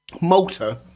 Malta